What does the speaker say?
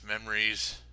memories